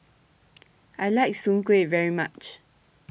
I like Soon Kway very much